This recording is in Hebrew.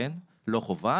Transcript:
כן, לא חובה.